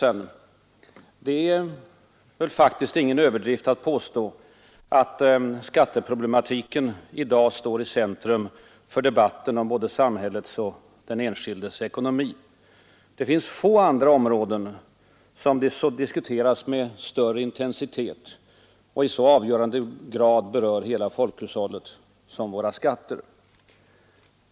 Det är faktiskt ingen överdrift att påstå att skatteproblematiken i dag står i centrum för debatten om både samhällets och den enskildes ekonomi. Det finns få andra områden som diskuteras med större intensitet och som i så avgörande grad berör hela folkhushållet som våra skatter.